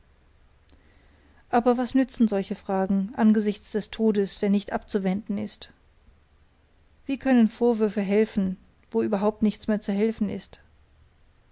aber was nützen solche fragen angesichts des todes der nicht abzuwenden ist was können vorwürfe helfen wo überhaupt nicht mehr zu helfen ist